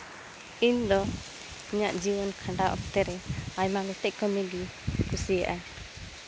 ᱤᱧᱫᱚ ᱤᱧᱟᱹᱜ ᱡᱤᱭᱚᱱ ᱠᱷᱟᱱᱰᱟᱣ ᱚᱠᱛᱮ ᱨᱮ ᱟᱭᱢᱟ ᱜᱚᱴᱮᱡ ᱠᱟᱹᱢᱤᱜᱮᱧ ᱠᱩᱥᱤᱭᱟᱜᱼᱟ